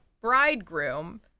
bridegroom